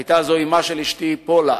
היתה זו אמה של אשתי, פולה,